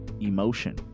emotion